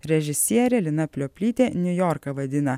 režisierė lina plioplytė niujorką vadina